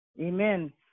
Amen